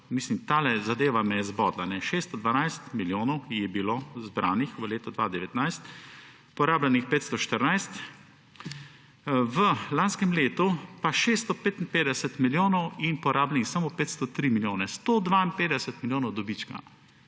in tale zadeva me je zbodla: 612 milijonov je bilo zbranih v letu 2019, porabljenih 514, v lanskem letu pa 655 milijonov in porabljeni samo 503 milijoni. 152 milijonov dobička.